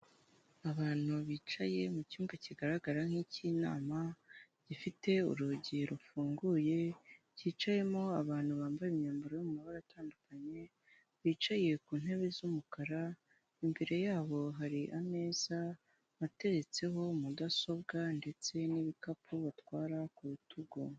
Abantu bicaye mu cyumba kigaragara nk'icy'inama, gifite urugi rufunguye, cyicayemo abantu bambaye imyambaro y'amabara atandukanye bicaye ku ntebe z'umukara, imbere yabo hari ameza ateretseho mudasobwa ndetse n'ibikapu batwara ku rutugu.